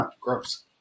gross